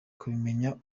kubimenya